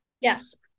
Yes